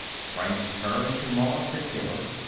franks turned to moss and taylor.